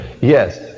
yes